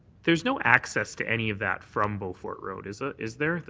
there's no access to any of that from beaufort road, is ah is there,